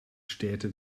städte